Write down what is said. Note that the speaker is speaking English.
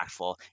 impactful